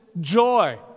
joy